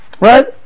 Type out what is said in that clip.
Right